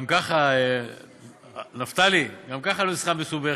גם ככה, נפתלי, גם ככה הנוסחה מסובכת.